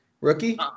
Rookie